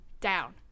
down